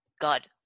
god